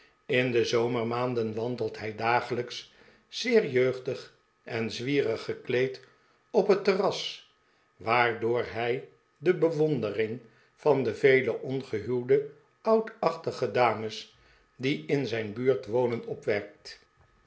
in de zomermaanden wandelt hij dagelijks zeer jeugdig en zwierig gekleed op het terras waardoor hij de bewondering van de vele ongehuwde oudachtige dames die in zijn buurt wonen opwekt